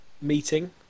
meeting